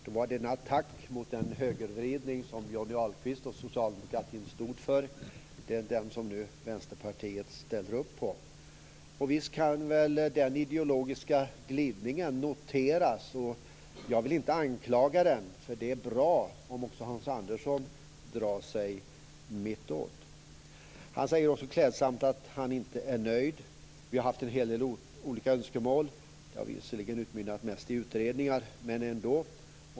Då var det attack mot den högervridning som Johnny Ahlqvist och socialdemokratin stod för - den som Vänsterpartiet nu ställer upp på. Visst kan den ideologiska glidningen noteras. Jag vill inte anklaga den, för det är bra om också Hans Andersson drar sig mittåt. Han säger också klädsamt att han inte är nöjd, att man har haft en hel del olika önskemål som visserligen mest utmynnat i utredningar, men ändå.